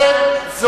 אי-אמון בראש הממשלה,